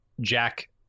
Jack